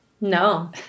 No